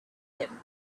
him